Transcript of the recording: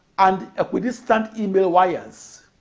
and equidistant email wires.